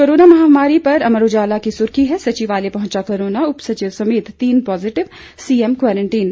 corona महामारी पर अमर उजाला की सुर्खी है सचिवालय पहुंचा कोरोना उप सचिव समेत तीन पॉजिटिव सीएम क्वारंटीन